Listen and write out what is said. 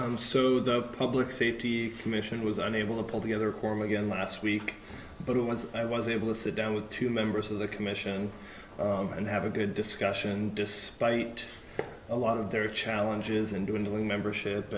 and so the public safety commission was unable to pull together form again last week but it was i was able to sit down with two members of the commission and have a good discussion despite a lot of their challenges and dwindling membership